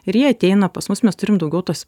ir jie ateina pas mus mes turim daugiau tos